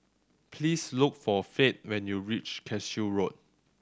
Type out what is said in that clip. please look for Fate when you reach Cashew Road